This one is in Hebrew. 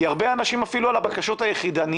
כי הרבה אנשים אפילו על הבקשות היחידניות,